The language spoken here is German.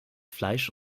fleisch